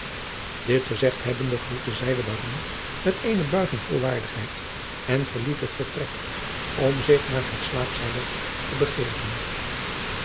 dit gezegd hebbende groette zij den baron met eene buiging vol waardigheid en verliet het vertrek om zich naar haar slaapsalet te begeven